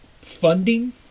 funding